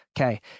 Okay